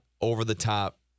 over-the-top